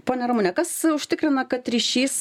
ponia ramunė kas užtikrina kad ryšys